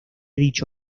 dicho